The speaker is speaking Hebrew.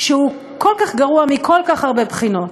שהוא כל כך גרוע, מכל כך הרבה בחינות,